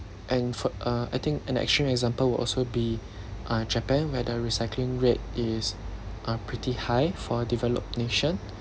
and f~ uh I think an extreme example will also be uh japan where the recycling rate is uh pretty high for a developed nation